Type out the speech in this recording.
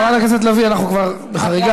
חברת הכנסת לביא, אנחנו כבר בחריגה.